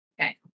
Okay